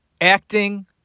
acting